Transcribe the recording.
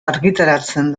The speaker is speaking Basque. argitaratzen